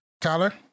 Tyler